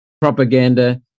propaganda